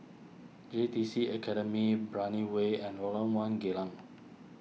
J T C Academy Brani Way and Lorong one Geylang